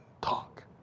talk